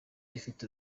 ifite